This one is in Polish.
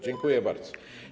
Dziękuję bardzo.